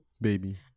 baby